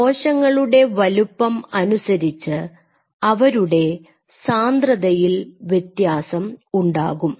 കോശങ്ങളുടെ വലുപ്പം അനുസരിച്ച് അവരുടെ സാന്ദ്രതയിൽ വ്യത്യാസം ഉണ്ടാകും